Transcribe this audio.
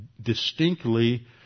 distinctly